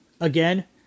Again